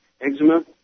eczema